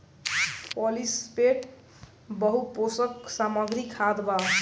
polysulphate बहुपोषक सामग्री खाद बा